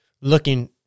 looking